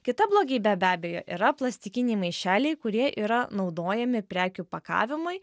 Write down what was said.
kita blogybė be abejo yra plastikiniai maišeliai kurie yra naudojami prekių pakavimui